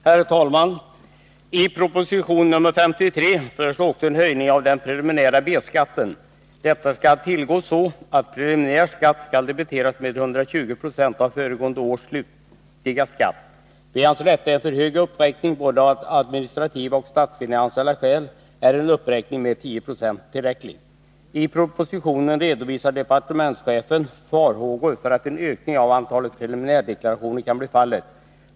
Herr talman! I proposition 53 föreslås en höjning av den preliminära B-skatten. Det skall tillgå så, att preliminär skatt debiteras med 120 96 av föregående års slutliga skatt. Vi anser detta vara en för hög uppräkning. Av både administrativa och statsfinansiella skäl är en uppräkning med 10 96 tillräcklig. I propositionen redovisar departementschefen farhågor för att en ökning av antalet preliminärdeklarationer kan bli fallet.